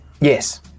Yes